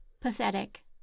pathetic